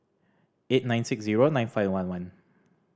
eight nine six zero nine five one one